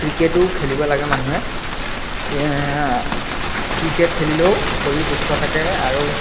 ক্ৰিকেটো খেলিব লাগে মানুহে ক্ৰিকেট খেলিলেও শৰীৰ সুস্থ থাকে আৰু